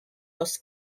was